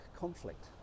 conflict